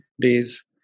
days